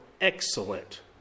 excellent